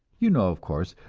you know, of course,